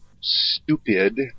stupid